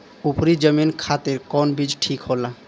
उपरी जमीन खातिर कौन बीज ठीक होला?